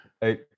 Hey